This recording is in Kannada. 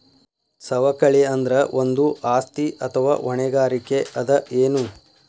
ಸವಕಳಿ ಅಂದ್ರ ಒಂದು ಆಸ್ತಿ ಅಥವಾ ಹೊಣೆಗಾರಿಕೆ ಅದ ಎನು?